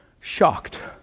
shocked